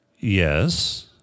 Yes